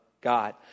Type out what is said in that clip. God